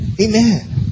Amen